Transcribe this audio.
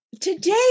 Today